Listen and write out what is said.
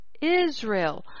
Israel